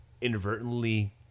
inadvertently